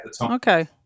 okay